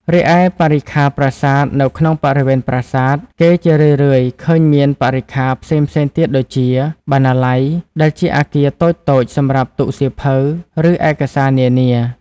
រីឯបរិក្ខារប្រាសាទនៅក្នុងបរិវេណប្រាសាទ គេជារឿយៗឃើញមាន បរិក្ខារ ផ្សេងៗទៀតដូចជា បណ្ណាល័យ (ដែលជាអគារតូចៗសម្រាប់ទុកសៀវភៅ ឬឯកសារសាសនា)។